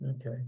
Okay